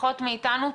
לפחות מאיתנו,